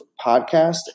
podcast